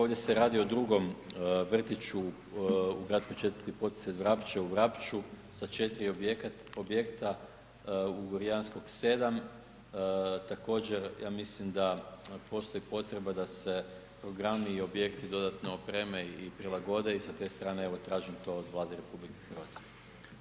Ovdje se radi o drugom vrtiću u gradskoj četvrti Podsused-Vrapče u Vrapču sa 4 objekta u Gorjanskog 7. Također, ja mislim da postoji potreba da se programi i objekti dodatno opreme i prilagode i sa te strane evo, tražim to od Vlade RH.